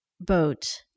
boat